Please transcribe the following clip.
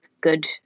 good